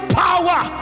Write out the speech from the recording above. power